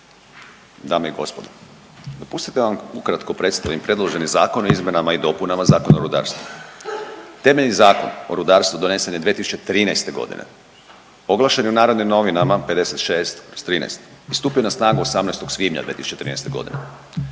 dame i gospodo, dopustite da vam ukratko predstavim predloženi Zakon o izmjenama i dopunama Zakona o rudarstvu. Temeljni Zakon o rudarstvu donesen je 2013. godine. Oglašen je u Narodnim novinama 56/13 i stupio je na snagu 18. svibnja 2013. godine.